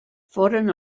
foren